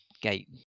gate